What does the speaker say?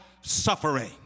suffering